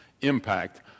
impact